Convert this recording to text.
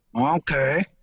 Okay